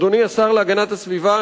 אדוני השר להגנת הסביבה,